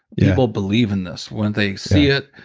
people believe in this, when they see it,